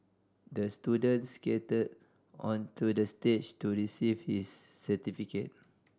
the student skated onto the stage to receive his certificate